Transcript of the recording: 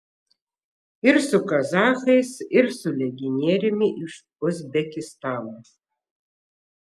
ir su kazachais ir su legionieriumi iš uzbekistano